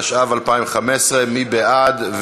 התשע"ו 2015. מי בעד?